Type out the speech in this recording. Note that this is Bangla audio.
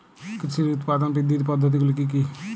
কৃষির উৎপাদন বৃদ্ধির পদ্ধতিগুলি কী কী?